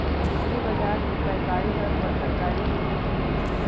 गुदरी बजार में पैकारी दर पर तरकारी के बिक्रि होइ छइ